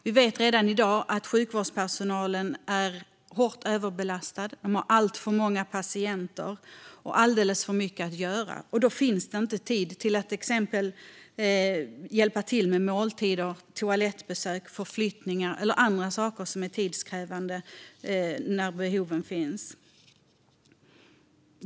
Vi vet redan att sjukvårdspersonalen är hårt överbelastad. Man har alltför många patienter och alldeles för mycket att göra, och då finns det inte tid till att exempelvis hjälpa till med måltider, toalettbesök, förflyttningar eller andra behov som är tidskrävande.